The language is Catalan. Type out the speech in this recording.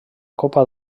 copa